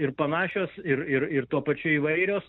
ir panašios ir ir ir tuo pačiu įvairios